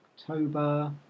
October